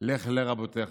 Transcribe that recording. לך לרבותיך,